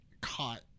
caught